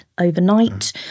overnight